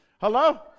Hello